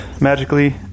magically